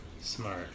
Smart